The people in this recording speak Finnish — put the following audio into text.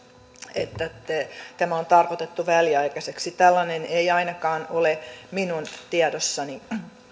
että tämä on tarkoitettu väliaikaiseksi tällainen ei ainakaan ole minun tiedossani mutta